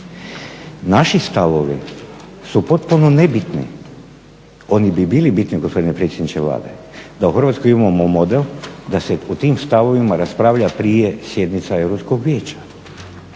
Naši stavovi su potpuno nebitni, oni bi bili bitni gospodine predsjedniče Vlade da u Hrvatskoj imamo model da se o tim stavovima raspravlja prije sjednica Europskog vijeća.